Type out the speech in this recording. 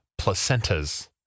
placentas